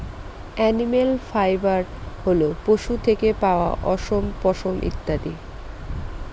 animal fibre হল পশু থেকে পাওয়া অশম, পশম ইত্যাদি